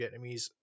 Vietnamese